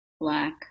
black